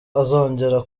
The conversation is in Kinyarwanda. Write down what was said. azongera